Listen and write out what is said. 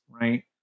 right